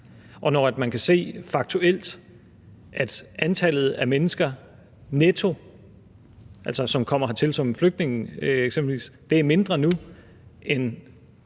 Og når man kan se faktuelt, at antallet af mennesker, som kommer hertil som flygtninge eksempelvis, netto er mindre nu end